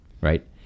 right